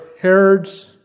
Herod's